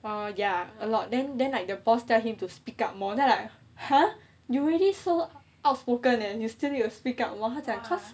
!wow! ya a lot then then like the boss tell him to speak up more than like !huh! you already so outspoken eh you still need to speak up more 他讲 cause